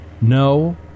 No